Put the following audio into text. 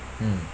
mm